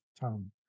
town